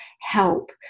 help